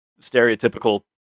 stereotypical